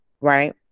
right